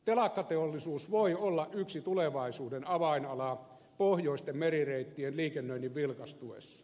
telakkateollisuus voi olla yksi tulevaisuuden avainala pohjoisten merireittien liikennöinnin vilkastuessa